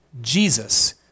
Jesus